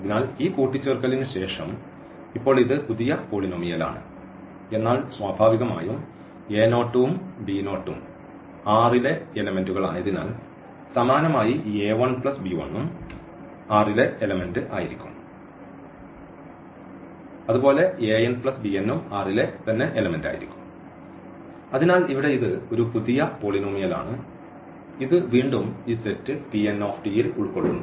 അതിനാൽ ഈ കൂട്ടിച്ചേർക്കലിനുശേഷം ഇപ്പോൾ ഇത് പുതിയ പോളിനോമിയലാണ് എന്നാൽ സ്വാഭാവികമായും ഉം ഉം R ലെ എലെമെന്റുകൾ ആയതിനാൽ സമാനമായി ഈ ഉം R ലെ എലെമെന്റു ആയിരിക്കും അതുപോലെ ഉം R ലെ തന്നെ എലെമെന്റു ആയിരിക്കും അതിനാൽ ഇവിടെ ഇത് ഒരു പുതിയ പോളിനോമിയലാണ് ഇത് വീണ്ടും ഈ സെറ്റ് ഈ Pn യിൽ ഉൾക്കൊള്ളുന്നു